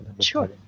Sure